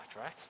right